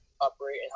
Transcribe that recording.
operate